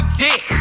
dick